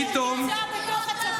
הוא נמצא בתוך הצבא,